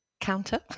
counter